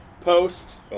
post